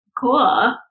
cool